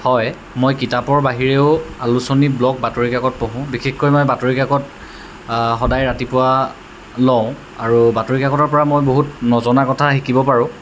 হয় মই কিতাপৰ বাহিৰেও আলোচনী ব্লগ বাতৰিকাকত পঢ়োঁ বিশেষকৈ মই বাতৰিকাকত সদায় ৰাতিপুৱা লওঁ আৰু বাতৰিকাকতৰপৰা মই বহুত নজনা কথা শিকিব পাৰোঁ